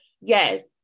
Yes